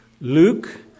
Luke